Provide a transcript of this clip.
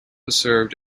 served